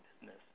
business